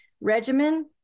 regimen